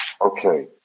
okay